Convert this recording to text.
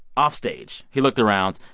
offstage. he looked around,